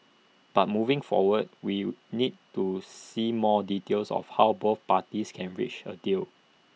but moving forward we need to see more details of how both parties can reach A deal